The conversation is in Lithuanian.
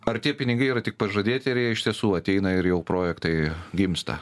ar tie pinigai yra tik pažadėti ir jie iš tiesų ateina ir jau projektai gimsta